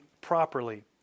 properly